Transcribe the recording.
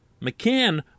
McCann